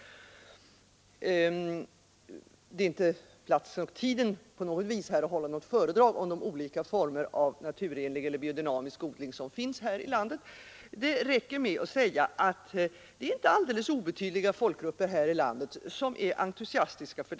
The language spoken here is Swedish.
Detta är inte platsen att hålla ett föredrag om de olika former av biodynamisk eller naturenlig odling som förekommer i Sverige. Det räcker med att påpeka att dessa odlingsformer omfattas med stor entusiasm av inte alldeles obetydliga folkgrupper i vårt land.